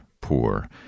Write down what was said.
poor